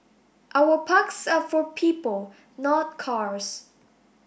our parks are for people not cars